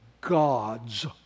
God's